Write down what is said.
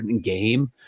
game